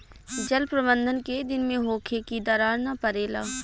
जल प्रबंधन केय दिन में होखे कि दरार न परेला?